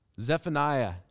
Zephaniah